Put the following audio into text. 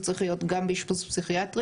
זה צריך להיות גם באשפוז פסיכיאטרי.